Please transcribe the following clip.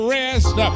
rest